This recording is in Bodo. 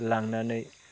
लांनानै